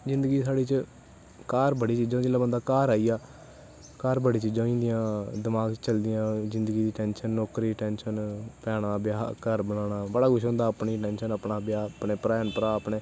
जिन्दगी साढ़ी च घर बड़ी चीजां जिसलै बंदा घर आई जा घर बड़ियां चीजां होंदियां जिन्दगी दी टैंशन नौकरी दी टैंशन भैनां ब्याह् घर बनाना बड़ा किश होंदा अपनी टैंशन अपनी ब्याह् अपना भ्राह्